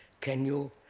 can you